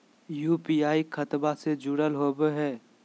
UPI खतबा से जुरल होवे हय?